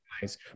guys